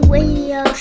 Radio